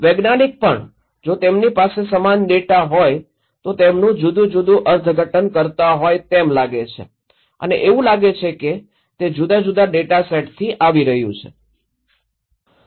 વૈજ્ઞાનિક પણ જો તેમની પાસે સમાન ડેટા હોય તો તેમનું જુદું જુદું અર્થઘટન કરતા હોય તેમ લાગે છે અને એવું લાગે છે કે તે જુદા જુદા ડેટા સેટથી આવી રહ્યું છે